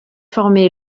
formé